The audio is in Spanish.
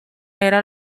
era